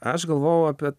aš galvojau apie